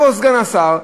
יבוא סגן השר,